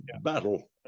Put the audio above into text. battle